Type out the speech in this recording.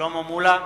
שלמה מולה,